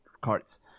cards